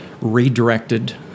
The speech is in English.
redirected